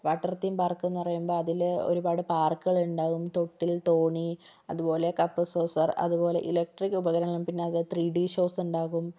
water theme പാർക്കെന്ന് പറയുമ്പോൾ അതിൽ ഒരു പാട് പാർക്കുകളുണ്ടാകും തൊട്ടിൽ തോണി അതുപോലെ കപ്പ് സോസർ അതുപോലെ ഇലക്ട്രിക്ക് ഉപകരണങ്ങൾ പിന്നെ ത്രീ ഡി ഷോസ് ഉണ്ടാകും